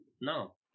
No